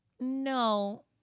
No